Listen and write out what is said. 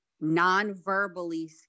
non-verbally